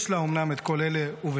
יש לה אומנם את כל אלה ובשפע,